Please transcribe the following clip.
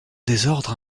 désordre